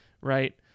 Right